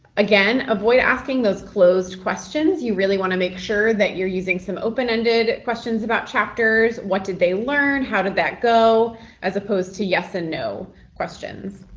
again, avoid asking those closed questions. you really want to make sure that you're using some open-ended questions about chapters what did they learn? how did that go as opposed to yes and no questions.